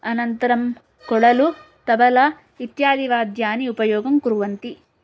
अनन्तरं कोडलु तबला इत्यादिवाद्यानि उपयोगं कुर्वन्ति